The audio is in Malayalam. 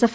എഫ്